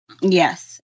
Yes